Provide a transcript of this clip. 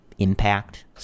impact